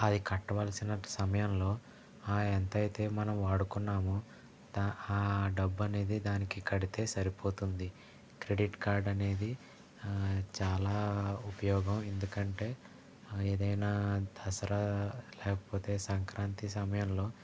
అది కట్టవలసిన సమయంలో ఎంతైతే మనం వాడుకున్నామో దా డబ్బనేది దానికి కడితే సరిపోతుంది క్రెడిట్ కార్డు అనేది చాలా ఉపయోగం ఎందుకంటే ఏదైనా దసరా లేకపోతే సంక్రాంతి సమయంలో